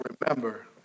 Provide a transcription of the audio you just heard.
remember